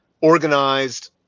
organized